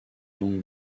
donc